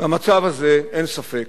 במצב הזה אין ספק